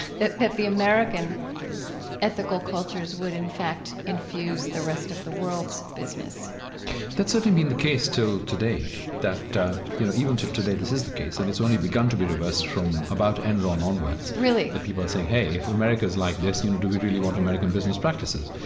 that that the american ethical cultures would, in fact, infuse the rest of the world's business that's certainly been the case till today that you know, even till today this is the case. and it's only begun to be reversed from about enron onwards that people are saying, hey, if america's like this, you know, do we really want american business practices?